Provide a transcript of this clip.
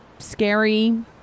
scary